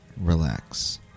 relax